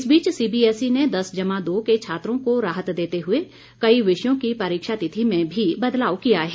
इस बीच सीबीएसई ने दस जमा दो के छात्रों को राहत देते हुए कई विषयों की परीक्षा तिथि में भी बदलाव किया है